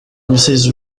mrs